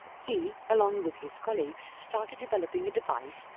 he, along with his colleagues started developing a device,